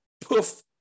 poof